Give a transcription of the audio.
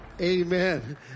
Amen